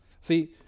See